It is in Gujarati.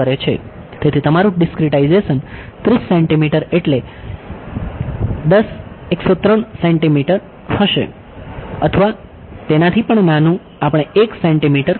તેથી તમારું ડીસ્ક્રીટાઇઝેશન 30 સેન્ટીમીટર એટલે 10 3 સેન્ટીમીટર હશે અથવા તેનાથી પણ નાનું આપણે 1 સેન્ટીમીટર કહીએ